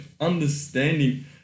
understanding